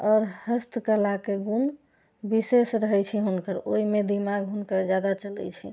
आओर हस्तकलाके गुण विशेष रहैत छै हुनकर ओहिमे दिमाग हुनकर जादा चलैत छै